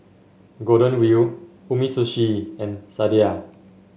Golden Wheel Umisushi and Sadia